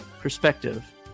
perspective